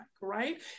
right